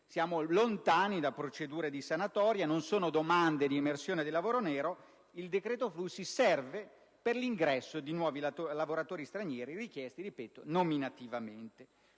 siamo lontani da procedure di sanatoria: non sono domande di emersione del lavoro nero. Il decreto flussi serve per l'ingresso di nuovi lavoratori stranieri, richiesti - ripeto - nominativamente,